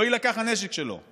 ולא יילקח הנשק שלו.